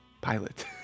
pilot